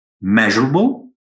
measurable